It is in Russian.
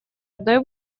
одной